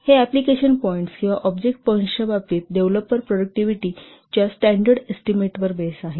हे application points किंवा object पॉईंट्सच्या बाबतीत डेव्हलपर प्रोडक्टव्हिटी च्या स्टॅंडर्ड एस्टीमेटवर बेस आहे